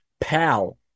pal